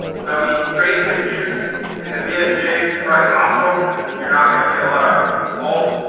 so, i mean straining the juice in the vsj is probably optional, because it's you're not gonna get a lot of pulp.